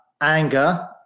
anger